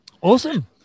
Awesome